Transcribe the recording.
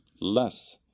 less